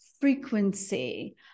frequency